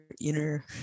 inner